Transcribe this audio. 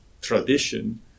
tradition